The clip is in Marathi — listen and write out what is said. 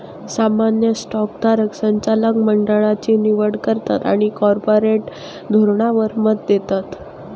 सामान्य स्टॉक धारक संचालक मंडळची निवड करतत आणि कॉर्पोरेट धोरणावर मत देतत